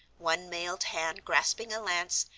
one mailed hand grasping a lance,